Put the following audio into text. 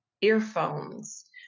earphones